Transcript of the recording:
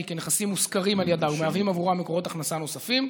כנכסים מושכרים על ידיה ומהווים עבורה מקורות הכנסה נוספים?